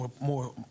more